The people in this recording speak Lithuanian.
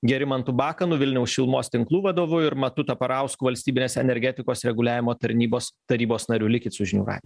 gerimantu bakanu vilniaus šilumos tinklų vadovu ir matu taparausku valstybinės energetikos reguliavimo tarnybos tarybos nariu likit su žinių radiju